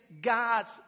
God's